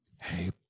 Hey